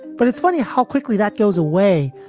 but it's funny how quickly that goes away.